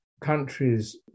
countries